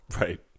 Right